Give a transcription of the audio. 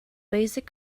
basic